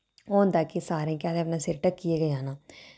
ओह् होंदा कि सारें केह् आखदे अपना सिर ढक्कियै गै जाना